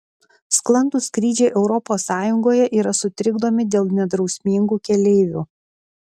sklandūs skrydžiai europos sąjungoje yra sutrikdomi dėl nedrausmingų keleivių